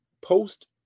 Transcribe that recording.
post